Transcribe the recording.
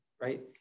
Right